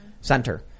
center